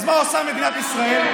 אז מה עושה מדינת ישראל?